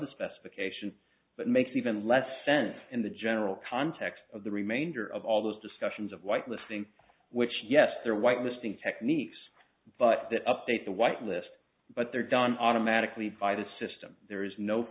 the specification but makes even less sense in the general context of the remainder of all those discussions of white listing which yes their white listing techniques but that update the white list but they're done automatically by the system there is no